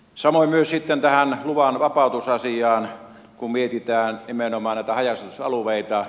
samoin tähän luvan vapautusasiaan kun mietitään nimenomaan haja asutusalueita